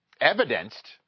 evidenced